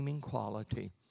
quality